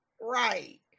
Right